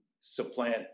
supplant